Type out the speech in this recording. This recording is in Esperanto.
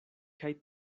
kaj